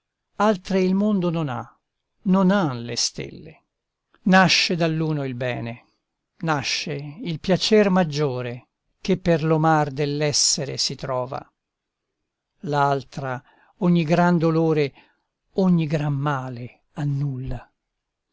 altre il mondo non ha non han le stelle nasce dall'uno il bene nasce il piacer maggiore che per lo mar dell'essere si trova l'altra ogni gran dolore ogni gran male annulla